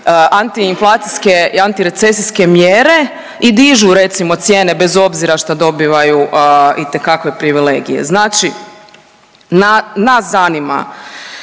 antiinflacijske i antirecesijske mjere i dižu recimo cijene bez obzira što dobivaju itekakve privilegije. Znači nas zanima